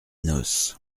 noce